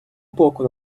боку